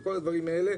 וכל הדברים האלה,